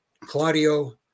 Claudio